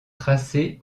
tracé